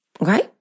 okay